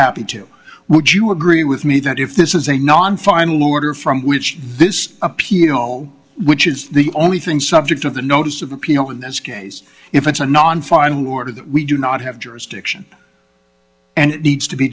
happy to would you agree with me that if this is a non final order from which this is a piano which is the only thing subject of the notice of appeal in this case if it's a non fine who are the we do not have jurisdiction and needs to be